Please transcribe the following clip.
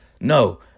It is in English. No